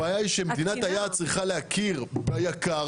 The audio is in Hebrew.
הבעיה היא שמדינת היעד צריכה להכיר ביק"ר